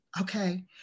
okay